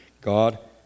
God